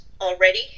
already